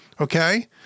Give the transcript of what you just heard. okay